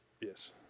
Yes